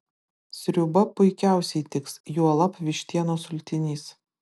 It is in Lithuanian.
sriuba puikiausiai tiks juolab vištienos sultinys